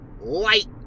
Light